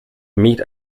meet